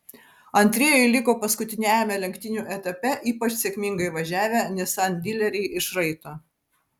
antrieji liko paskutiniajame lenktynių etape ypač sėkmingai važiavę nissan dileriai iš raito